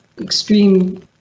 Extreme